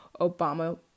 Obama